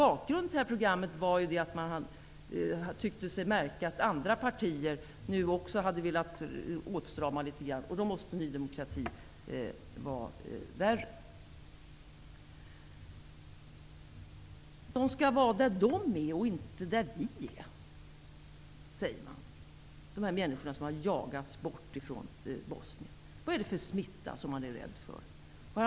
Bakgrunden till det här programmet var att man tyckte sig märka att andra partier nu också har velat strama åt litet grand, och då måste Ny demokrati vara värre. De människor som har jagats bort från Bosnien skall vara där de är och inte där vi är, säger man. Vad är det för smitta som man är rädd för.